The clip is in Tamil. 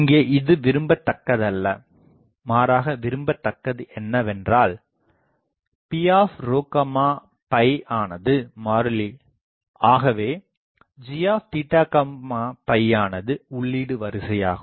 இங்கே இது விரும்பத்தக்கதல்ல மாறாக விரும்பத்தக்கது என்னவென்றால் P ஆனது மாறிலி ஆகவே gஆனது உள்ளீடு வரிசையாகும்